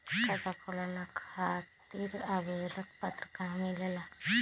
खाता खोले खातीर आवेदन पत्र कहा मिलेला?